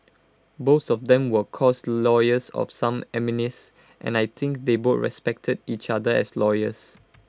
both of them were of course lawyers of some eminence and I think they both respected each other as lawyers